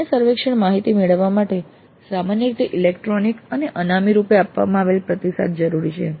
માન્ય સર્વેક્ષણ માહિતી મેળવવા માટે સામાન્ય રીતે ઈલેક્ટ્રોનિક અને અનામી રૂપે આપવામાં આવેલ પ્રતિસાદ જરૂરી છે